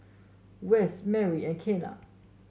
Wess Merri and Kenna